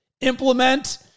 implement